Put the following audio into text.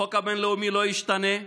החוק הבין-לאומי לא ישתנה,